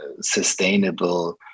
sustainable